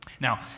Now